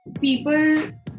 people